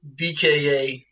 BKA